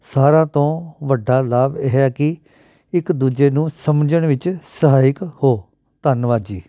ਸਾਰਿਆਂ ਤੋਂ ਵੱਡਾ ਲਾਭ ਇਹ ਹੈ ਕਿ ਇੱਕ ਦੂਜੇ ਨੂੰ ਸਮਝਣ ਵਿੱਚ ਸਹਾਇਕ ਹੋ ਧੰਨਵਾਦ ਜੀ